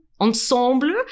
ensemble